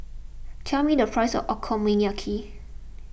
tell me the price of Okonomiyaki